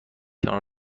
کنار